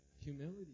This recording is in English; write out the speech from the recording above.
humility